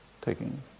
taking